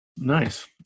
Nice